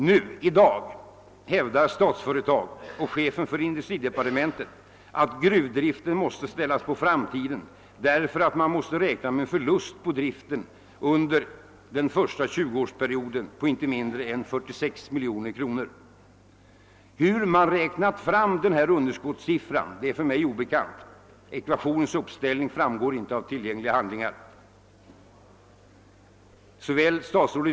Nu — i dag — hävdar Statsföretag AB och chefen för industridepartementet att gruvdriften måste ställas på framtiden därför att man måste räkna med en förlust på driften under den första 20-årsperioden på inte mindre än 46 miljoner kronor. Hur man räknat fram denna underskottssiffra är för mig obekant. Ekvationens uppställning framgår inte av tillgängliga handlingar.